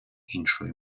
іншої